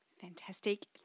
Fantastic